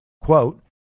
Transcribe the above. quote